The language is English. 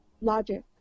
logic